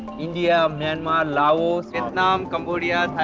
india, myanmar, laos, vietnam, cambodia,